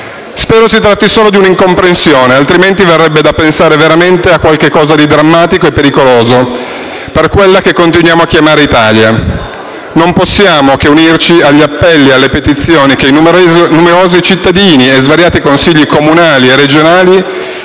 Spero si tratti solo di una incomprensione, altrimenti verrebbe da pensare veramente a qualcosa di drammatico e pericoloso per quella che continuiamo a chiamare Italia. Non possiamo che unirci agli appelli e alle petizioni che numerosi cittadini, e svariati consigli comunali e regionali